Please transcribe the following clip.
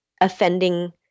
offending